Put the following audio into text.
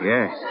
Yes